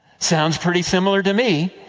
sounds pretty similar to me.